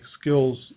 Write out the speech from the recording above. skills